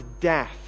death